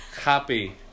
Happy